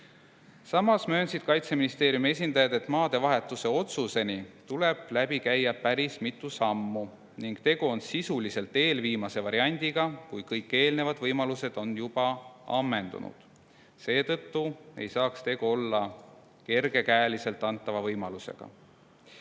Samas möönsid Kaitseministeeriumi esindajad, et maadevahetuse otsuseni tuleb käia päris mitu sammu ning tegu on sisuliselt eelviimase variandiga, kui kõik eelnevad võimalused on juba ammendunud. Seetõttu ei saaks tegu olla kergekäeliselt antava võimalusega.